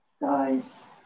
Guys